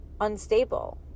unstable